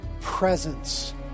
presence